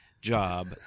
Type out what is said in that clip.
job